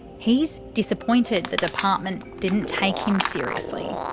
he's disappointed the department didn't take him seriously.